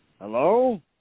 Hello